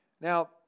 Now